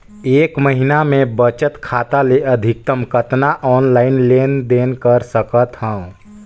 एक महीना मे बचत खाता ले अधिकतम कतना ऑनलाइन लेन देन कर सकत हव?